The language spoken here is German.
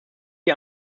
die